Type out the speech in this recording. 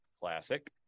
Classic